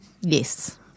Yes